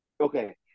okay